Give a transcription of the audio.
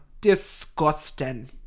Disgusting